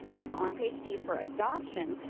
so on page d for adoption,